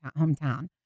hometown